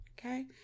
Okay